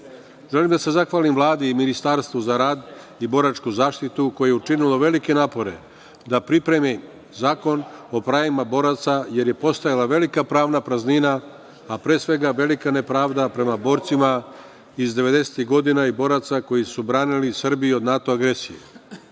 da se zahvalim Vladi i Ministarstvu za rad i boračku zaštitu koji su učinili velike napore da pripreme zakon o pravima boraca, jer je postojala velika pravna praznina, a pre svega velika nepravda prema borcima iz 90-ih godina i boraca koji su branili Srbiju od NATO agresije. Do